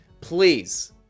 Please